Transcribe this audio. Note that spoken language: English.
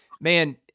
man